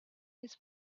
his